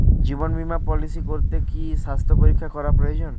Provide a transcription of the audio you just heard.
জীবন বীমা পলিসি করতে কি স্বাস্থ্য পরীক্ষা করা প্রয়োজন?